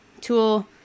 tool